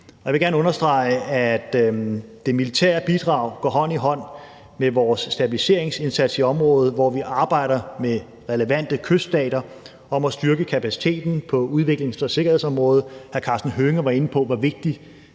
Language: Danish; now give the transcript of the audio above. jeg vil gerne understrege, at det militære bidrag går hånd i hånd med vore stabiliseringsindsats i området, hvor vi arbejder med relevante kyststater om at styrke kapaciteten på udviklings- og sikkerhedsområdet. Hr. Karsten Hønge var inde på, hvor vigtigt